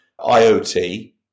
IoT